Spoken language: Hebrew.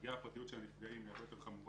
הפגיעה בפרטיות של הנפגעים היא הרבה יותר חמורה,